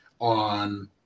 on